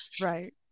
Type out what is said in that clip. Right